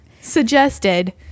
suggested